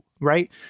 Right